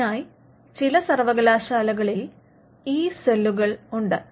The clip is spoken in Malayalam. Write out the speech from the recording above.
അതിനായി ചില സർവകലാശാലകളിൽ ഇ സെല്ലുകൾ ഉണ്ട്